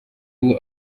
ubu